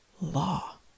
law